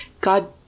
God